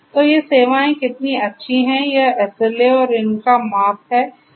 तो ये सेवाएं कितनी अच्छी हैं यह SLA और इनका माप है जो महत्वपूर्ण है